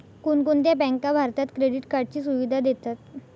कोणकोणत्या बँका भारतात क्रेडिट कार्डची सुविधा देतात?